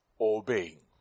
Obeying